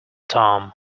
tom